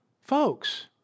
Folks